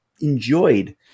enjoyed